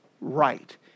right